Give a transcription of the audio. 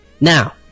now